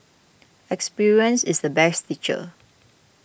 experience is the best teacher